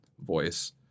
voice